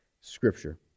Scripture